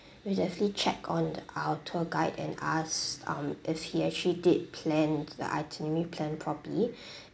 we'll definitely check on our tour guide and ask um if he actually did plan the itinerary plan properly